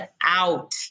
out